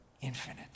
infinite